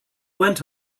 went